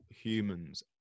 humans